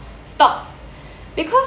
stocks because